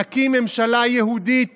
נקים ממשלה יהודית